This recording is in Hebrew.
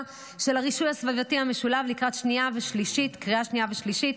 של הרישוי הסביבתי המשולב לקראת קריאה שנייה ושלישית.